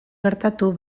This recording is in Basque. gertatu